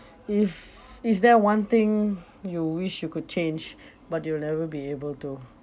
if is there one thing you wish you could change but you'll never be able to